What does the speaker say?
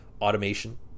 Automation